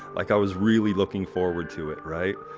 like i was really looking forward to it, right?